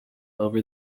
over